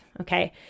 Okay